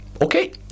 okay